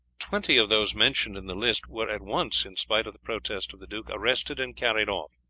twenty of those mentioned in the list were at once, in spite of the protest of the duke, arrested and carried off